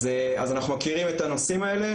אז אנחנו מכירים את הנושאים האלה